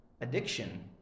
Addiction